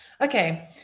okay